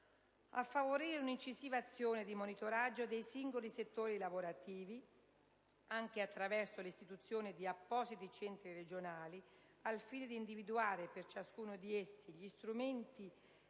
a favorire un'incisiva azione di monitoraggio dei singoli settori lavorativi, anche attraverso l'istituzione di appositi centri regionali, al fine di individuare per ciascuno di essi gli strumenti,